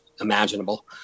imaginable